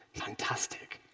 fantastic.